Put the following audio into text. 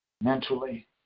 mentally